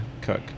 cook